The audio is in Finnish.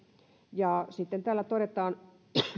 sitten täällä todetaan